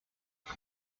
for